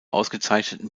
ausgezeichneten